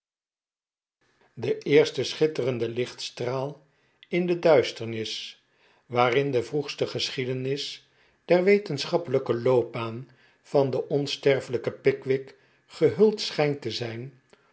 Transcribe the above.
den eersten schitterenden lichtstraal in de duisternis waarin de vroegste geschiedenis der wetenschappelijke loopbaan van den onsterfelijken pickwick gehuld schijnt te zijn